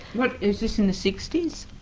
but yeah was this in the sixty s?